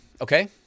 Okay